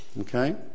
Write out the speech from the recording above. Okay